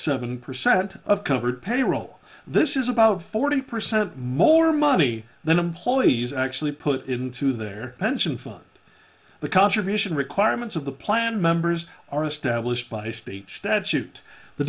seven percent of covered payroll this is about forty percent more money than employees actually put into their pension fund the contribution requirements of the plan members are established by state statute the